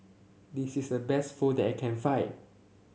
this is the best Pho that I can find